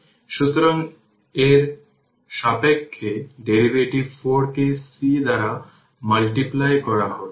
সুতরাং এর সাপেক্ষে ডেরিভেটিভ 4 কে C দ্বারা মাল্টিপ্লাই করা হবে